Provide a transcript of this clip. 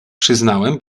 przyznałem